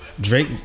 Drake